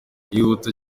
yihuta